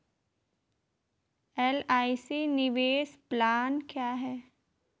LIC निवेश plan क्या है?